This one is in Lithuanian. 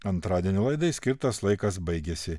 antradienio laidai skirtas laikas baigėsi